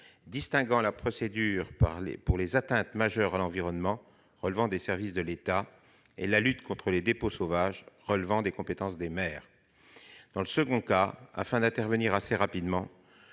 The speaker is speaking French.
distinguer la procédure pour les atteintes majeures à l'environnement, relevant des services de l'État, et la lutte contre les dépôts sauvages, relevant de la compétence des maires. Dans le second cas, afin que l'intervention puisse être rapide,